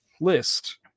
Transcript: list